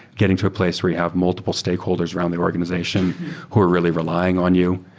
getting to a place where you have multiple stakeholders around the organization who are really relying on you.